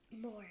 More